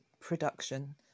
production